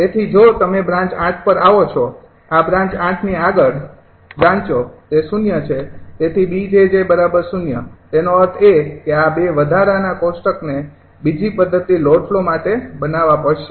તેથી જો તમે બ્રાન્ચ ૮ પર આવો છો આ બ્રાન્ચ ૮ ની આગળ બ્રાંચો તે ૦ છે તેથી𝐵𝑗𝑗0 તેનો અર્થ એ કે આ ૨ વધારાના કોષ્ટકને બીજી પદ્ધતિ લોડ ફલો માટે બનાવા પડશે